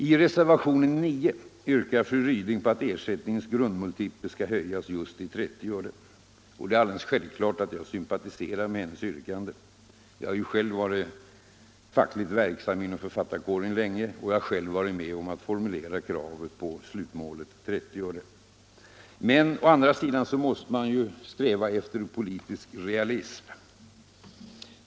I reservationen 9 yrkar fru Ryding på att ersättningens grundmultipel skall höjas just till 30 öre. Jag sympatiserar självfallet med hennes yrkande. Jag har ju mycket länge varit fackligt verksam inom författarkåren och jag har själv varit med om att formulera kraven på slutmålet 30 öre. Å andra sidan måste man sträva efter politisk realism.